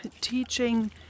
teaching